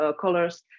colors